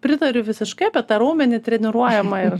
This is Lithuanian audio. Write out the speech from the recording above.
pritariu visiškai apie tą raumenį treniruojamą ir